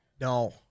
No